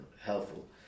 helpful